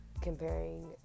comparing